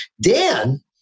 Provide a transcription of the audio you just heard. Dan